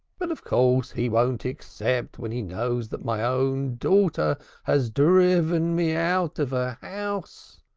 but of course he won't accept when he knows that my own daughter has driven me out of her house.